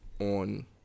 on